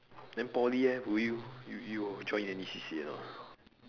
then poly eh will you you you'll join any C_C_A or not